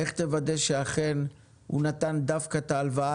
איך תוודא שאכן הוא נתן דווקא את ההלוואה